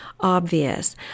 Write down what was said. obvious